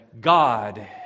God